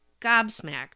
gobsmacked